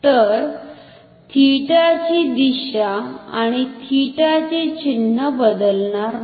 तर थीटा ची दिशा आणि थीटा चे चिन्ह बदलणार नाही